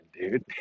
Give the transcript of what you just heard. dude